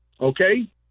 Okay